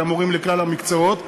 אלא מורים לכלל המקצועות,